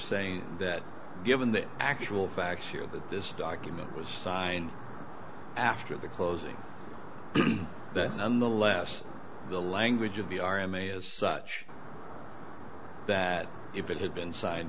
saying that given the actual facts here that this document was signed after the closing of this and the less the language of the r m a is such that if it had been side